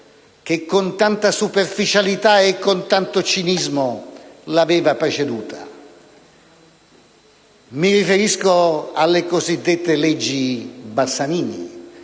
che con tanta superficialità e con tanto cinismo l'aveva preceduta? Sto parlando delle cosiddette leggi Bassanini: